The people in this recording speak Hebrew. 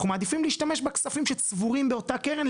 אנחנו מעדיפים להשתמש בכספים שצבורים באותה קרן,